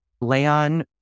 Leon